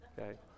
okay